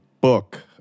book